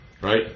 right